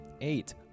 eight